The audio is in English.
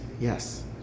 Yes